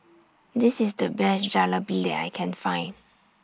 This IS The Best Jalebi that I Can Find